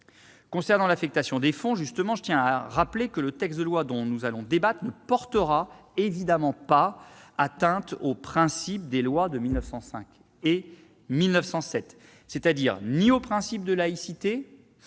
Concernant l'affectation des fonds, justement, je tiens à rappeler que le projet de loi dont nous allons débattre ne portera évidemment pas atteinte aux principes des lois de 1905 et de 1907 : ni au principe de laïcité